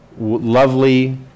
lovely